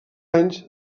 anys